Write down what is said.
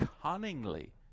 cunningly